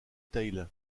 teil